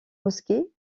mosquée